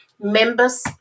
members